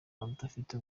abadafite